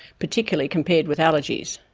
particularly compared with allergies.